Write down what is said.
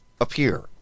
appear